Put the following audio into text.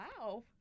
Wow